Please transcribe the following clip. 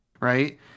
right